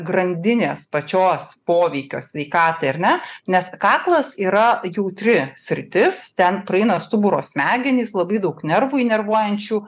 grandinės pačios poveikio sveikatai ar ne nes kaklas yra jautri sritis ten praeina stuburo smegenys labai daug nervų įnervuojančių